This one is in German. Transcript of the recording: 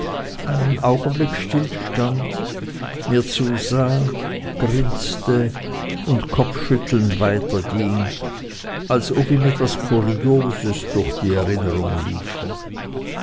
einen augenblick stillstand mir zusah grinste und kopfschüttelnd weiterging als ob ihm etwas kurioses durch die erinnerung liefe